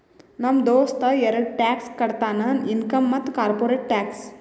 ನಮ್ ದೋಸ್ತ ಎರಡ ಟ್ಯಾಕ್ಸ್ ಕಟ್ತಾನ್ ಇನ್ಕಮ್ ಮತ್ತ ಕಾರ್ಪೊರೇಟ್ ಟ್ಯಾಕ್ಸ್